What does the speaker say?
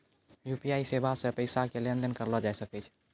UPI सेबा से पैसा के लेन देन करलो जाय सकै छै